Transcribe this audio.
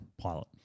pilot